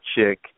chick